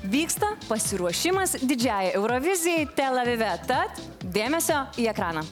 vyksta pasiruošimas didžiąjai eurovizijai tel avive tad dėmesio į ekraną